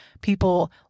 people